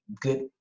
good